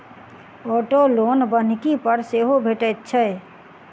auto loan बन्हकी पर सेहो भेटैत छै